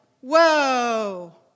whoa